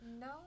No